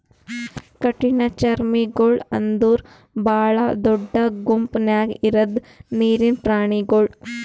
ಕಠಿಣಚರ್ಮಿಗೊಳ್ ಅಂದುರ್ ಭಾಳ ದೊಡ್ಡ ಗುಂಪ್ ನ್ಯಾಗ ಇರದ್ ನೀರಿನ್ ಪ್ರಾಣಿಗೊಳ್